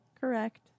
Correct